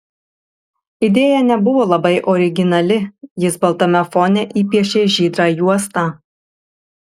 idėja nebuvo labai originali jis baltame fone įpiešė žydrą juostą